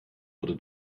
wurde